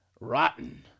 rotten